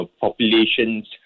populations